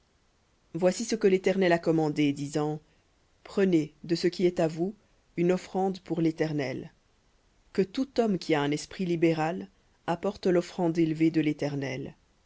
voici ce que l'éternel a commandé disant prenez de ce qui est à vous une offrande pour l'éternel que tout homme qui a un esprit libéral apporte l'offrande élevée de l'éternel